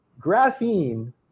graphene